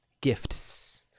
Gifts